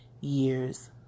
years